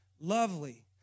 lovely